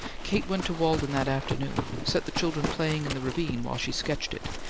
kate went to walden that afternoon, set the children playing in the ravine while she sketched it,